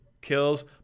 kills